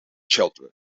children